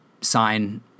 sign